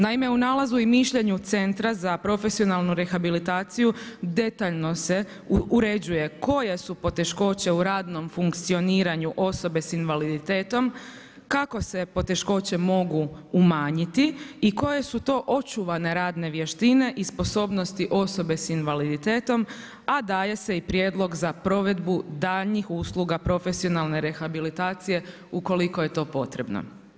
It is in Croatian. Naime, u nalazu i mišljenju Centra za profesionalnu rehabilitaciju detaljno se uređuje koje su poteškoće u radnom funkcioniranju osobe s invaliditetom, kako se poteškoće mogu umanjiti i koje su to očuvane radne vještine i sposobnosti osobe s invaliditetom, a daje se i prijedlog za provedbu daljnjih usluga profesionalne rehabilitacije ukoliko je to potrebno.